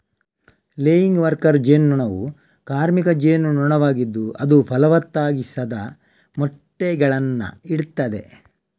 laying worker ಜೇನು ನೊಣವು ಕಾರ್ಮಿಕ ಜೇನು ನೊಣವಾಗಿದ್ದು ಅದು ಫಲವತ್ತಾಗಿಸದ ಮೊಟ್ಟೆಗಳನ್ನ ಇಡ್ತದೆ